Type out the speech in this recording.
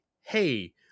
hey